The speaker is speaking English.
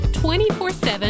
24-7